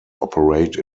operate